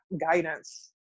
guidance